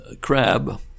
crab